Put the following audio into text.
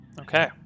Okay